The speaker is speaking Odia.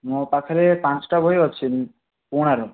ମୋ ପାଖରେ ପାଞ୍ଚଟା ବହି ଅଛି ପୁରୁଣାର